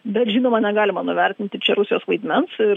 bet žinoma negalima nuvertinti čia rusijos vaidmens ir